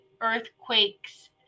earthquakes